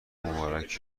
مبارک